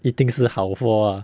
一定是好货 ah